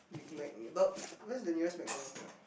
Big Mac meal but where's the nearest McDonald's here ah